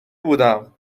بودم